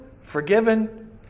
forgiven